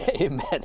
Amen